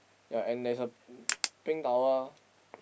ya and there's a pink towel